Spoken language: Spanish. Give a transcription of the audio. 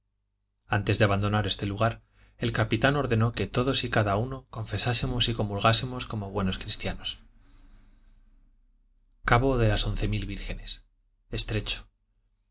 antes de abandonar este lugar el capitán ordenó que todos y cada uno confesásemos y comulgásemos como buenos cristianos cabo de las once mil vírgenes